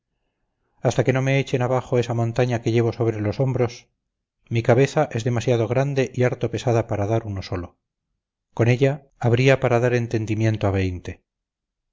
hasta que no me echen abajo esta montaña que llevo sobre los hombros mi cabeza es demasiado grande y harto pesada para uno solo con ella habría para dar entendimiento a veinte